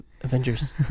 Avengers